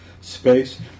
space